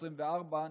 העשרים-וארבע,